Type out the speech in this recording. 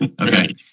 okay